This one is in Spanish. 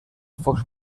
fox